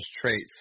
traits